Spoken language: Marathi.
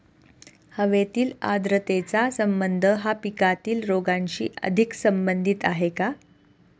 हवेतील आर्द्रतेचा संबंध हा पिकातील रोगांशी अधिक संबंधित आहे का?